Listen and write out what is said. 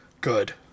good